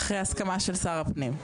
אחרי הסכמה של שר הפנים.